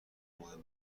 مهم